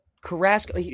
Carrasco